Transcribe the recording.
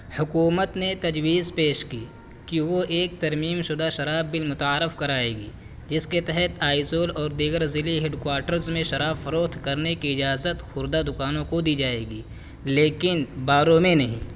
حکومت نے تجویز پیش کی کہ وہ ایک ترمیم شدہ شراب بل متعارف کرائے گی جس کے تحت آئیزول اور دیگر ضلعی ہیڈ کواٹرز میں شراب فروخت کرنے کی اجازت خوردہ دکانوں کو دی جائے گی لیکن باروں میں نہیں